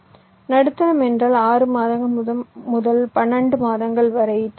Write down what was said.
நடுத்தரம் என்றால் 6 மாதங்கள் முதல் 12 மாதங்கள் வரை திரும்ப வேண்டும்